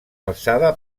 alçada